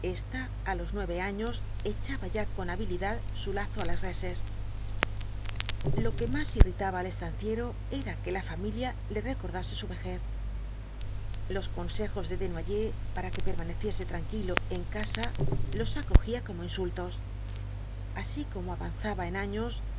á los nueve años echaba ya con habilidad su lazo á las reses lo que más irritaba al estanciero era que la familia le recordase su vejez los consejos de desnoyers para que permaneciese tranquilo en casa los acogía como insultos así como avanzaba en años